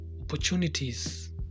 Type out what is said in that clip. opportunities